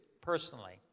personally